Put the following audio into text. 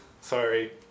Sorry